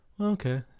Okay